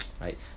right